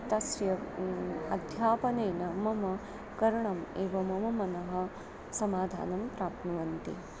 तस्य अध्यापनेन मम करणम् एव मम मनः समाधानं प्राप्नुवन्ति